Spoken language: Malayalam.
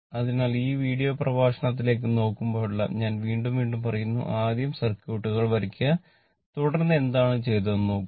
അതിനാൽ ഈ വീഡിയോ പ്രഭാഷണത്തിലേക്ക് നോക്കുമ്പോഴെല്ലാം ഞാൻ വീണ്ടും വീണ്ടും പറയുന്നു ആദ്യം സർക്യൂട്ടുകൾ വരയ്ക്കുക തുടർന്ന് എന്താണ് ചെയ്തതെന്ന് നോക്കുക